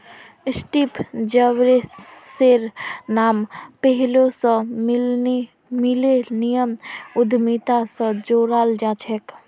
Steve जॉब्सेर नाम पैहलौं स मिलेनियम उद्यमिता स जोड़ाल जाछेक